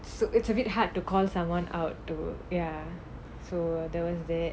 so it's a bit hard to call someone out to ya so there was that